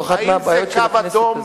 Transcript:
זו אחת מהבעיות של הכנסת הזאת.